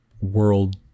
world